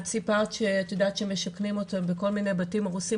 את סיפרת שאת יודעת שמשכנים אותם בכל מיני בתים הרוסים,